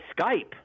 Skype